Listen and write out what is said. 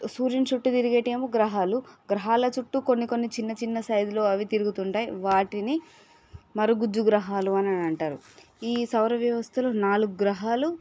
సూర్యుని చుట్టూ తిరిగేవి ఏమో గ్రహాలు గ్రహాలు చుట్టూ కొన్నికొన్నిచిన్నచిన్న సైజులో అవి తిరుగుతూ ఉంటాయి వాటిని మరగుజ్జు గ్రహాలు అని అంటారు ఈ సౌరవ్యవస్థలో నాలుగు గ్రహాలు